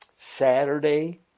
Saturday